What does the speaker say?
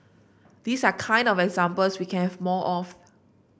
these are kind of examples we can have more of